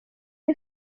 are